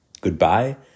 Goodbye